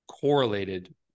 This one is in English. correlated